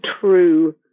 true